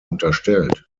unterstellt